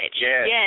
Yes